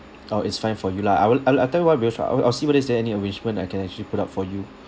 oh it's fine for you lah I will I will I'll tell you what with I will I'll see what is there any arrangement I can actually put up for you